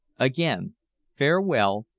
again farewell,